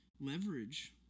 leverage